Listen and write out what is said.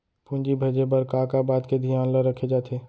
पूंजी भेजे बर का का बात के धियान ल रखे जाथे?